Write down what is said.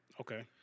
Okay